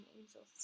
angels